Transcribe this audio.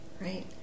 right